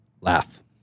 laugh